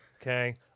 Okay